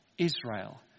Israel